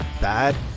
bad